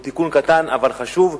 זהו תיקון קטן אבל חשוב.